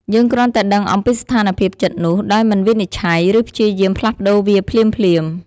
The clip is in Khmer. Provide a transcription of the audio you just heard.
យើងគ្រាន់តែដឹងអំពីស្ថានភាពចិត្តនោះ ដោយមិនវិនិច្ឆ័យ ឬព្យាយាមផ្លាស់ប្ដូរវាភ្លាមៗ។